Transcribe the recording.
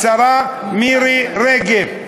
השרה מירי רגב.